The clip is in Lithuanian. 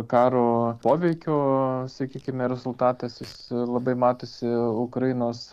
karo poveikio sakykime rezultatas jis labai matosi ukrainos